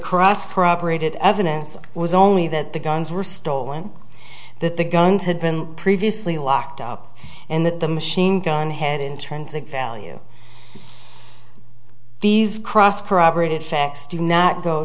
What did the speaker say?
corroborated evidence was only that the guns were stolen that the guns had been previously locked up and that the machine gun had intrinsic value these cross corroborated facts did not go